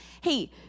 hey